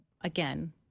again